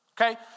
Okay